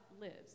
lives